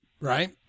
Right